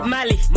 Mali